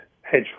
hedge